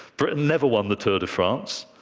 britain never won the tour de france,